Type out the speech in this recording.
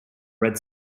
red